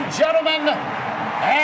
gentlemen